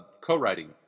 co-writing